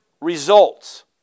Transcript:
results